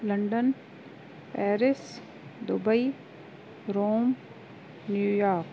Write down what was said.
London Paris Dubai Rome new York